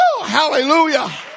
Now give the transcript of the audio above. Hallelujah